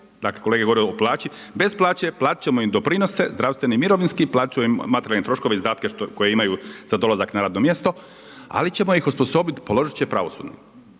dakle kolege govore o plaći, bez plaće, platiti ćemo im doprinose, zdravstveni i mirovinski, platiti ćemo im materijalne troškove, izdatke koje imaju za dolazak na radno mjesto, ali ćemo ih osposobiti, položiti će pravosudni.